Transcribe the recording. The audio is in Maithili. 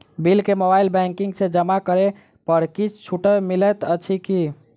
बिल केँ मोबाइल बैंकिंग सँ जमा करै पर किछ छुटो मिलैत अछि की?